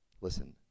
listen